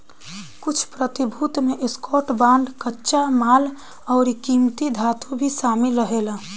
कुछ प्रतिभूति में स्टॉक, बांड, कच्चा माल अउरी किमती धातु भी शामिल रहेला